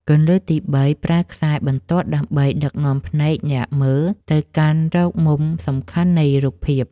គន្លឹះទី៣ ប្រើប្រាស់ខ្សែបន្ទាត់ដើម្បីដឹកនាំភ្នែកអ្នកមើលទៅកាន់រកមុំសំខាន់នៃរូបភាព។